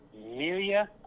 Miria